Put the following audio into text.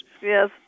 Yes